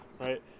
right